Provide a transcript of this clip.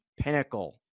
pinnacle